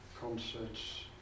concerts